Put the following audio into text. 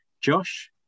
josh